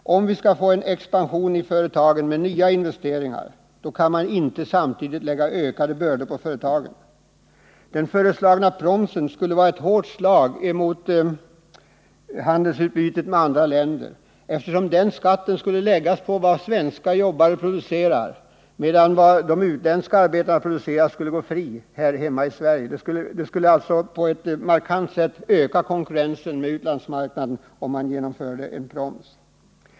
Om vi skall få en expansion i företagen med nya investeringar kan man inte samtidigt lägga ökade bördor på företagen. Den föreslagna promsen skulle vara ett hårt slag mot handelsutbytet med andra länder, eftersom den skatten skulle läggas på vad svenska jobbare producerar, medan de varor som de utländska arbetarna tillverkar skulle gå fria här hemma i Sverige. Det skulle alltså på ett markant sätt öka konkurrensen med utlandsmarknaden, om man genomförde en proms.